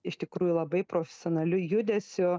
iš tikrųjų labai profesionaliu judesiu